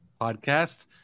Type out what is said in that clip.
podcast